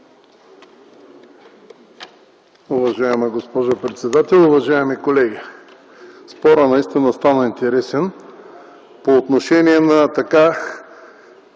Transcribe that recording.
Уважаема госпожо председател, уважаеми колеги! Спорът наистина стана интересен по отношение на така